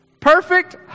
Perfect